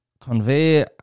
convey